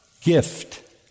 gift